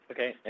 Okay